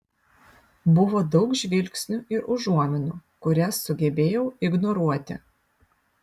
buvo daug žvilgsnių ir užuominų kurias sugebėjau ignoruoti